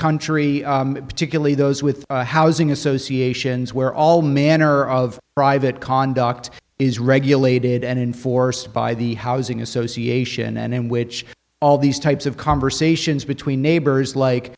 country particularly those with housing associations where all manner of private conduct is regulated and enforced by the housing association and in which all these types of conversations between neighbors like